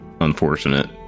unfortunate